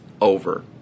over